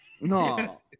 No